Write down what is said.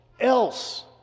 else